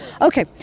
Okay